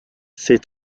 ses